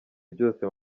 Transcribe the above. byose